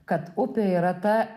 kad upė yra ta